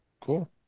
cool